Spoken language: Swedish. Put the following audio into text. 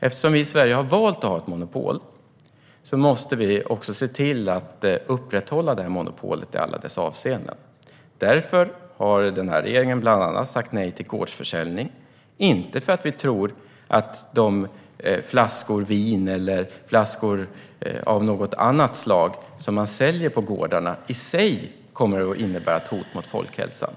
Eftersom vi i Sverige har valt att ha ett monopol måste vi se till att upprätthålla monopolet i alla avseenden. Därför har regeringen bland annat sagt nej till gårdsförsäljning. Det är inte för att vi tror att de flaskor med vin eller andra drycker som säljs på gårdarna i sig kommer att utgöra ett hot mot folkhälsan.